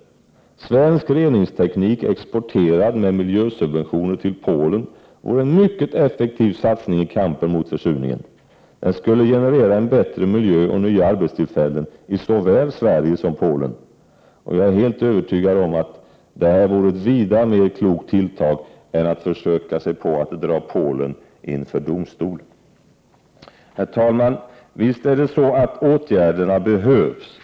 Att exportera svensk reningsteknik — med miljösubventioner — till Polen vore en mycket effektiv satsning i kampen mot försurningen. Den skulle generera en bättre miljö och nya arbetstillfällen i såväl Sverige som Polen, och jag är övertygad om att detta vore mycket klokare än att försöka sig på tilltaget att dra Polen inför domstol! Herr talman! Visst behövs åtgärderna.